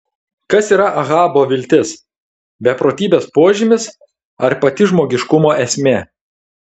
kas yra ahabo viltis beprotybės požymis ar pati žmogiškumo esmė